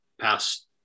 past